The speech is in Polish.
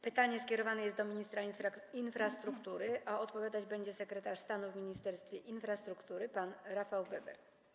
Pytanie skierowane jest do ministra infrastruktury, a odpowiadać będzie sekretarz stanu w Ministerstwie Infrastruktury pan Rafał Weber.